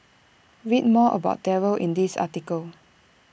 read more about Darryl in this article